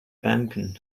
banken